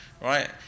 right